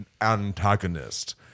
antagonist